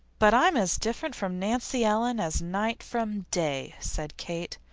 but i'm as different from nancy ellen as night from day, said kate,